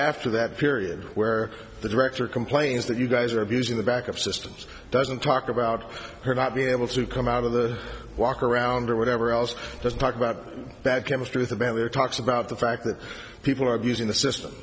after that period where the director complains that you guys are abusing the backup systems doesn't talk about her not being able to come out of the walk around or whatever else doesn't talk about that chemistry with a bentley or talks about the fact that people are abusing the system